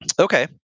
Okay